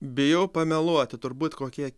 bijau pameluoti turbūt kokie